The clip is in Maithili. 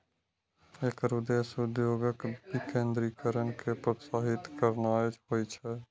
एकर उद्देश्य उद्योगक विकेंद्रीकरण कें प्रोत्साहित करनाय होइ छै